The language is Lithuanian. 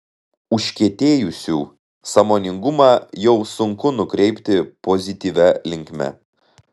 užkietėjusių sąmoningumą jau sunku nukreipti pozityvia linkme